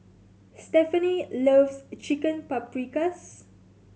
Stephani loves Chicken Paprikas